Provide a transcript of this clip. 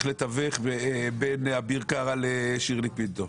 לתווך בין אביר קארה לשירלי פינטו.